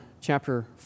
chapter